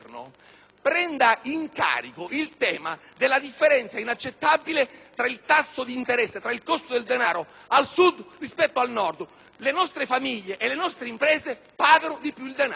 prenda in carico il tema della differenza inaccettabile tra il costo del denaro al Sud rispetto al Nord. Le nostre famiglie e le nostre imprese pagano di più il denaro,